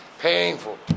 Painful